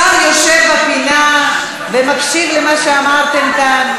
השר יושב בפינה ומקשיב למה שאמרתם כאן.